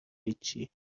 هیچی